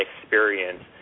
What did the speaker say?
experience